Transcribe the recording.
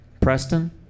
Preston